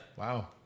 wow